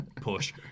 push